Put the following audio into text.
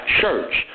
church